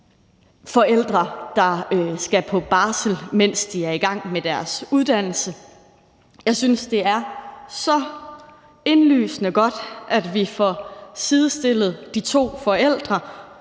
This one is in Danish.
forældre, der skal på barsel, mens de er i gang med deres uddannelse. Jeg synes, det er så indlysende godt, at vi får sidestillet de to forældre,